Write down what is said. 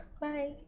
Bye